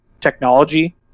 technology